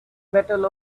battle